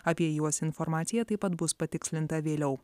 apie juos informacija taip pat bus patikslinta vėliau